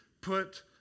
put